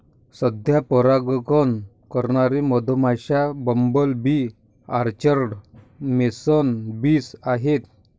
सध्या परागकण करणारे मधमाश्या, bumble bee, orchard mason bees आहेत